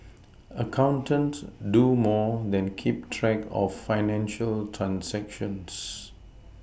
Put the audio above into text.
accountants do more than keep track of financial transactions